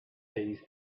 keys